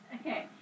Okay